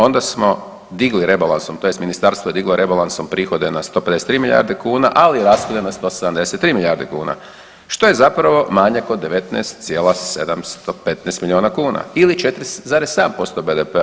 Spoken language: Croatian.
Onda smo digli rebalansom tj. Ministarstvo je diglo rebalansom prihode na 153 milijarde kuna, ali rashode na 173 milijarde kuna što je zapravo manjak od 19,715 milijuna kuna ili 4,7% BDP-a.